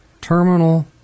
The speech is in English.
Terminal